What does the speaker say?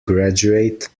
graduate